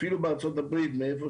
אפילו מארה"ב, מאיפה